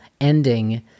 ending